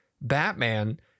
Batman